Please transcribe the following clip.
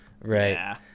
right